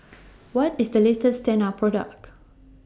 What IS The latest Tena Product